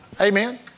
Amen